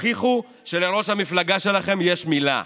תוכיחו שלראש המפלגה שלכם יש מילה.